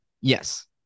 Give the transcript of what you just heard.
yes